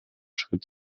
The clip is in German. schritt